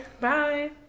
Bye